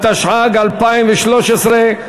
התשע"ג 2013,